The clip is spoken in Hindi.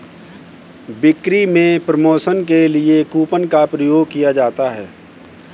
बिक्री में प्रमोशन के लिए कूपन का प्रयोग किया जाता है